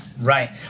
Right